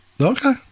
Okay